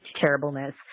Terribleness